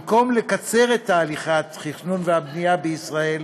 במקום לקצר את תהליכי התכנון והבנייה בישראל